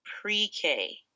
pre-K